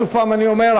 שוב אני אומר,